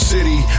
City